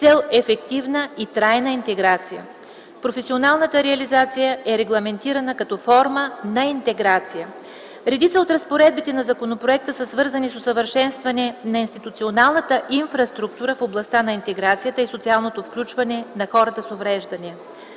цел ефективна и трайна интеграция. Професионалната реализация е регламентирана като форма на интеграция. Редица от разпоредбите на законопроекта са свързани с усъвършенстване на институционалната инфраструктура в областта на интеграцията и социалното включване на хората с увреждания.